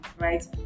right